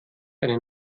eine